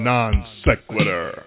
Non-Sequitur